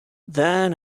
then